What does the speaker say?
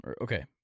Okay